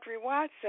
watson